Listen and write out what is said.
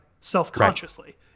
self-consciously